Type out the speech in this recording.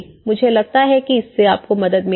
मुझे लगता है कि इससे आपको मदद मिलेगी